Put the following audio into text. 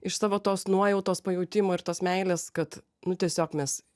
iš savo tos nuojautos pajautimo ir tos meilės kad nu tiesiog mes